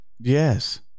Yes